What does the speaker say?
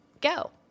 Go